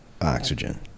oxygen